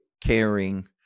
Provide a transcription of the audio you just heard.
caring